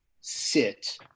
sit